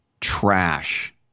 trash